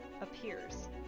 appears